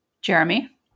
Jeremy